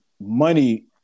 money